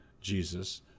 jesus